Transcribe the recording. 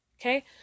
Okay